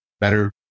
better